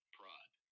pride